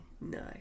no